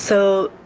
so,